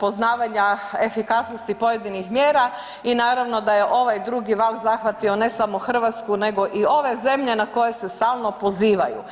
poznavanja efikasnosti pojedinih mjera i naravno da je ovaj drugi val zahvatio ne samo Hrvatsku nego i ove zemlje na koje se stalno pozivaju.